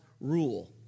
rule